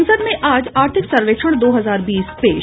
संसद में आज आर्थिक सर्वेक्षण दो हजार बीस पेश